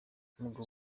ubwo